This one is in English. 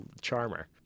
charmer